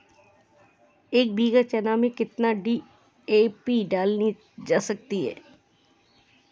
एक बीघा चना में कितनी डी.ए.पी डाली जा सकती है?